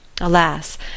Alas